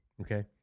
Okay